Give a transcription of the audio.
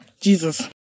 Jesus